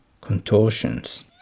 contortions